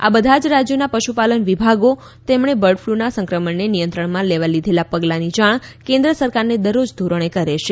આ બધા જ રાજયોના શુ ાલન વિભાગો તેમણે બર્ડ ફલુના સંક્રમણને નિયંત્રણમાં લેવા લીધેલા ગલાની જાણ કેન્દ્ર સરકારને દરરોજ ધોરણે કરે છે